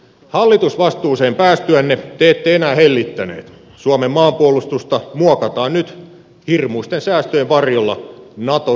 hallitusvastuuseen päästyänne te ette enää hellittäneet suomen maanpuolustusta muokataan nyt hirmuisten säästöjen varjolla nato yhteensopivaksi